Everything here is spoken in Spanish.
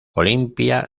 olimpia